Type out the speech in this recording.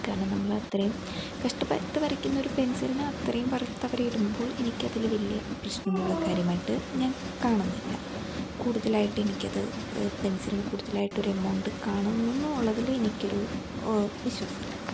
കാരണം നമ്മൾ അത്രയും കഷ്ടപ്പെട്ടു വരയ്ക്കുന്നൊരു പെൻസില്ന് അത്രയും വറുത്ത് അവർ ഇടുമ്പോൾ എനിക്കതിൽ വലിയ പ്രശ്നമുള്ള കാര്യമായിട്ട് ഞാൻ കാണുന്നില്ല കൂടുതലായിട്ട് എനിക്കത് പെൻസില്ന് കൂടുതലായിട്ട് ഒരു എമൗണ്ട് കാണുന്നു എന്നുള്ളതിൽ എനിക്കൊരു വിശ്വാസമില്ല